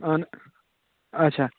آہَن اَچھا